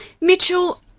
Mitchell